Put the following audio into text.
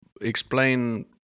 Explain